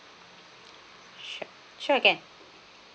sure sure can